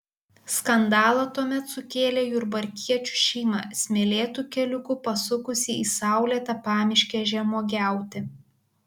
skandalą tuomet sukėlė jurbarkiečių šeima smėlėtu keliuku pasukusi į saulėtą pamiškę žemuogiauti